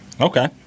okay